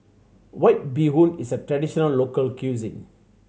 White Bee Hoon is a traditional local cuisine